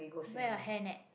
wear a hair net